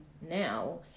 now